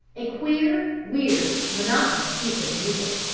a queer, weird, monotonous piece of music.